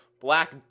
Black